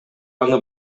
аны